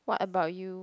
what about you